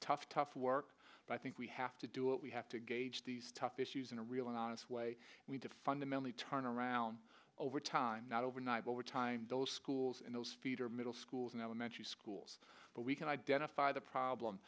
tough tough work but i think we have to do what we have to gauge these tough issues in a real and honest way we did fundamentally turn around over time not over not over time those schools and those feeder middle schools and elementary schools but we can identify the problem